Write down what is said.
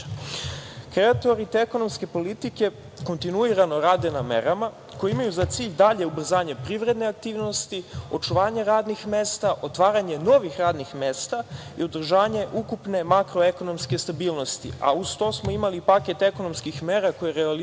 Vučića. Kreatori te ekonomske politike kontinuirano rade na merama koje imaju za cilj dalje ubrzanje privredne aktivnosti, očuvanje radnih mesta, otvaranje novih radnih mesta i održanje ukupne makroekonomske stabilnosti. Uz to smo imali paket ekonomskih mera koji je realizovan tokom